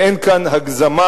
ואין כאן הגזמה,